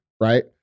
right